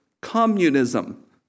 communism